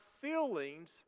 feelings